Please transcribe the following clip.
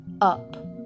up